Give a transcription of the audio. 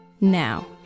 Now